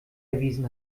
erwiesen